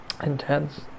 Intense